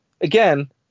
again